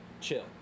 chill